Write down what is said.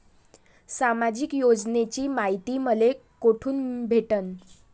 सामाजिक योजनेची मायती मले कोठून भेटनं?